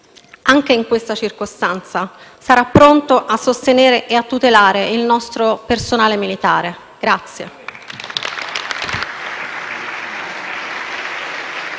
anche in questa circostanza sarà pronto a sostenere e a tutelare il nostro personale militare.